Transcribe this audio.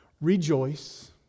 rejoice